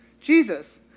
Jesus